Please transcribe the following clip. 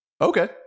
Okay